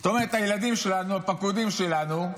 זאת אומרת, הילדים שלנו, הפקודים שלנו,